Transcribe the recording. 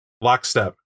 lockstep